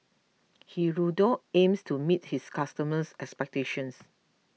Hirudoid aims to meet his customers' expectations